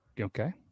okay